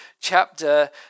chapter